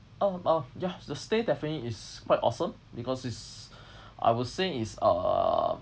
oh oh ya the stay definitely is quite awesome because it's I would say it's uh